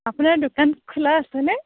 আপোনাৰ দোকান খোলা আছেনে